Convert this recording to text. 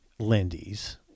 lindy's